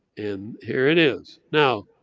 and here it is. now,